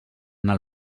anar